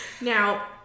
Now